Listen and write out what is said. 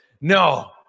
No